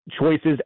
choices